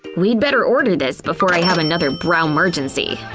we'd better order this before i have another brow-mergency.